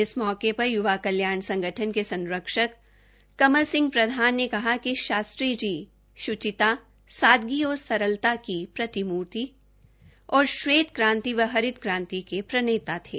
इस मौके पर युवा कल्याण संगठन के संरक्क कमल सिह प्रधान ने कहा कि शास्त्री जी श्चिता सादगी और सरलता की प्रतिमूर्ति तथा श्वेत क्रांति व हरित क्रांति के प्रनेता थे